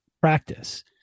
practice